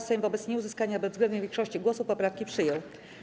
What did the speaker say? Sejm wobec nieuzyskania bezwzględnej większości głosów poprawki przyjął.